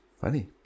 Funny